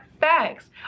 facts